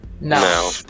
No